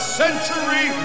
century